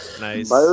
Nice